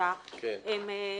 הם גובים.